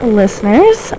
listeners